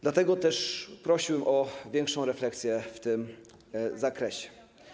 Dlatego też prosiłbym o większą refleksję w tym zakresie.